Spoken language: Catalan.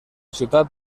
ciutat